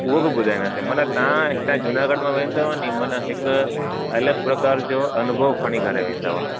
उहो बि ॿुधाईंदासीं मतिलबु तव्हां हितां जूनागढ़ में वेंदव नी मन हिकु अलॻि प्रकार जो अनुभव खणी करे वेंदव